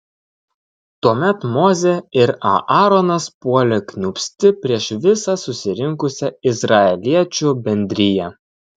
tuomet mozė ir aaronas puolė kniūbsti prieš visą susirinkusią izraeliečių bendriją